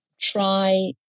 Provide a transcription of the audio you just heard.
Try